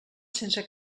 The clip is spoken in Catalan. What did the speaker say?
sense